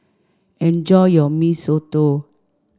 enjoy your Mee Soto